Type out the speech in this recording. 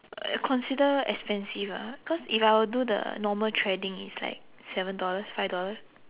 uh consider expensive ah cause if I were to do the normal threading it's like seven dollars five dollars